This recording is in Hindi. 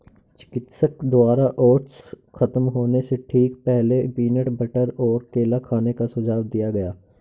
चिकित्सक द्वारा ओट्स खत्म होने से ठीक पहले, पीनट बटर और केला खाने का सुझाव दिया गया